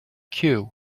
cue